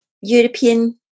European